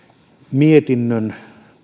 mietinnön